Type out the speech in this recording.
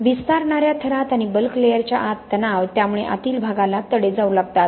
विस्तारणा या थरात आणि बल्क लेयरच्या आत तणाव त्यामुळे आतील भागाला तडे जाऊ लागतात